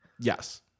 Yes